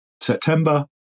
September